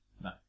No